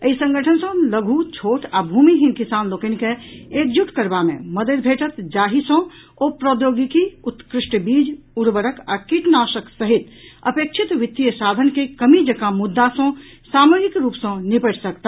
एहि संगठन सॅ लघु छोट आ भूमिहीन किसान लोकनिक एकजुट करबाक मे मददि भेटत जाहि सॅ ओ प्रौद्याोगिकी उत्कृष्ट बीज उर्वरक आ कीटनाशक सहित अपेक्षित वित्तीय साधन के कमी जकां मुद्दा सॅ सामूहिक रूप सॅ निपटिब सकथि